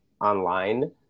online